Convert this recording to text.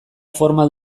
forma